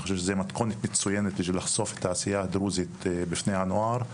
אני חושב שזה מתכונת מצוינת בשביל לחשוף את העשייה הדרוזית בפני הנוער.